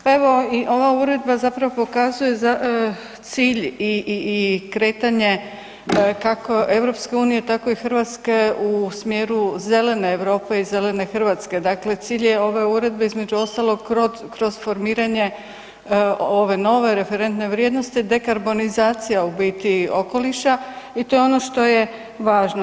Pa evo i ova uredba zapravo pokazuje cilj i kretanje kako EU, tako i Hrvatske u smjeru zelene Europe i zelene Hrvatske, dakle cilj je ove uredbe, između ostalog kroz formiranje ove nove referentne vrijednosti dekarbonizacija u biti, okoliša i to je ono što je važno.